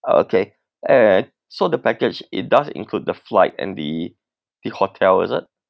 uh okay alright so the package it does include the flight and the the hotel is it